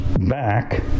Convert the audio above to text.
back